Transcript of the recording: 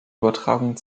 übertragung